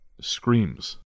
Screams